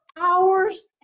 hours